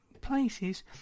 Places